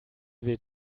weht